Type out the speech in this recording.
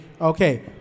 Okay